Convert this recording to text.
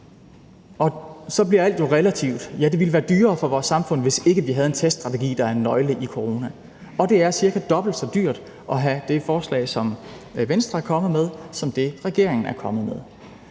ud. Så bliver alt jo relativt. Ja, det ville være dyrere for vores samfund, hvis ikke vi havde en teststrategi, der er en nøgle i corona, og det er cirka dobbelt så dyrt at have det forslag, som Venstre er kommet med, end det, regeringen er kommet med.